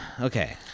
okay